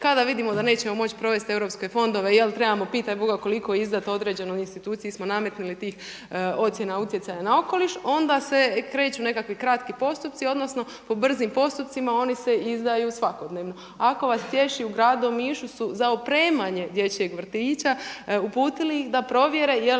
kada vidimo da nećemo moći provesti europske fondove jel trebamo pitaj Boga koliko izdati određenoj instituciji smo nametnuli tih ocjena utjecaja na okoliš onda se kreću nekakvi kratki postupci odnosno po brzim postupcima oni se izdaju svakodnevno. Ako vas tješi u gradu Omišu su za opremanje dječjeg vrtića uputili ih da provjere jeli